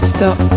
Stop